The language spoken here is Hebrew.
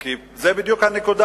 כי זה בדיוק הנקודה,